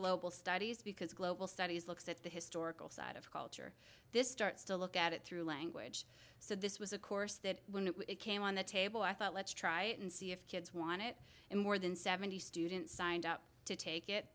global studies because global studies looks at the historical side of culture this starts to look at it through language so this was a course that when it came on the table i thought let's try it and see if kids want it and more than seventy students signed up to take it